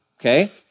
okay